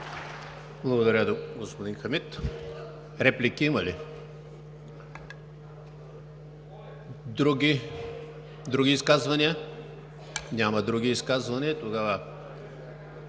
Благодаря, господин Хамид. Реплики има ли? Не. Други изказвания? Няма други изказвания. Закривам